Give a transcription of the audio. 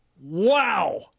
Wow